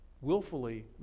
willfully